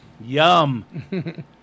Yum